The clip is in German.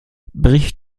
bricht